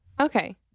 okay